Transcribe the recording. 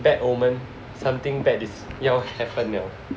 bad omen something bad happen is 了 happen